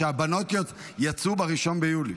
שהבנות יצאו ב-1 ביולי.